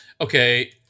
Okay